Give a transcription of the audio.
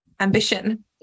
ambition